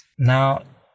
Now